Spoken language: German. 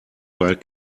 bei